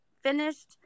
finished